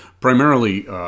primarily